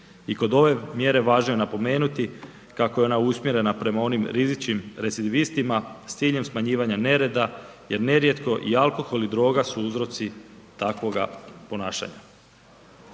I kod ove mjere važno je napomenuti kako je ona usmjerena prema onim rizičnim recidivistima s ciljem smanjivanja nereda jer nerijetko i alkohol i droga su uzroci takvoga ponašanja.